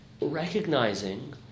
recognizing